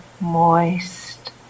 moist